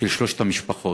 של שלוש המשפחות